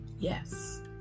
Yes